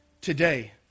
today